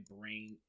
brain